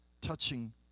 touching